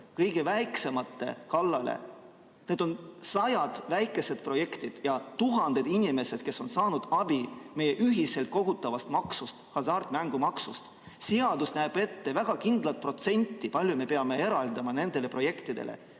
kõige väiksemate kallale? Need on sajad väikesed projektid ja tuhanded inimesed, kes on saanud abi meie ühiselt kogutavast maksust, hasartmängumaksust. Seadus näeb ette väga kindla protsendi, kui palju me peame eraldama nendele projektidele,